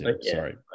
sorry